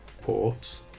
ports